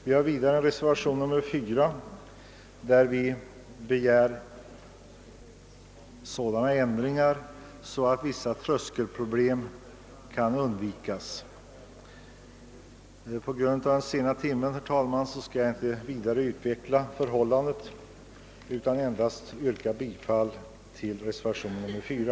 Vi har vidare avlämnat en reservation nr 4, där vi begär sådana ändringar att vissa tröskelproblem kan undvikas. På grund av den sena timmen skall jag inte vidare utveckla vad saken gäller utan endast yrka bifall till reservationen nr 4.